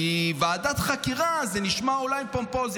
כי ועדת חקירה זה נשמע אולי פומפוזי,